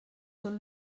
són